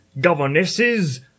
governesses